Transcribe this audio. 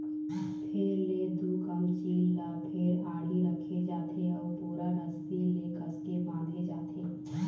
फेर ले दू कमचील ल फेर आड़ी रखे जाथे अउ बोरा रस्सी ले कसके बांधे जाथे